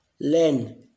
learn